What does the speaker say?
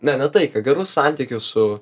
ne ne taiką gerus santykius su